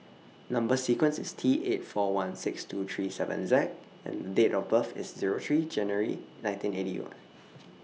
Number sequence IS T eight four one six two three seven Z and Date of birth IS Zero three January nineteen eighty